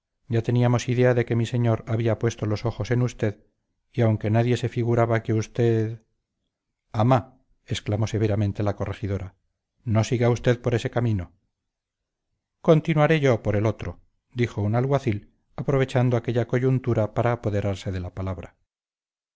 frasquita ya teníamos idea de que mi señor había puesto los ojos en usted y aunque nadie se figuraba que usted ama exclamó severamente la corregidora no siga usted por ese camino continuaré yo por el otro dijo un alguacil aprovechando aquella coyuntura para apoderarse de la palabra